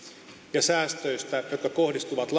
ja säästöistä jotka kohdistuvat